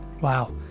wow